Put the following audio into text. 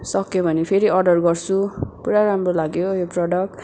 सक्यो भने फेरि अर्डर गर्छु पुरा राम्रो लाग्यो यो प्रडक्ट